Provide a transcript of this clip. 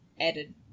added